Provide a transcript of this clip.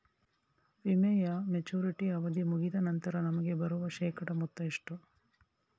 ವಿಮೆಯ ಮೆಚುರಿಟಿ ಅವಧಿ ಮುಗಿದ ನಂತರ ನಮಗೆ ಬರುವ ಶೇಕಡಾ ಮೊತ್ತ ಎಷ್ಟು?